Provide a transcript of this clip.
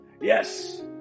Yes